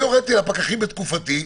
אני הוריתי לפקחים בתקופתי,